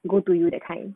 go to you that kind